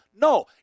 No